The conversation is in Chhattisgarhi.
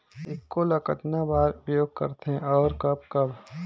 ईफको ल कतना बर उपयोग करथे और कब कब?